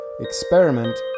Experiment